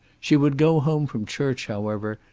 she would go home from church, however,